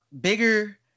bigger